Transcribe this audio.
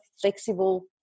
flexible